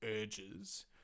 urges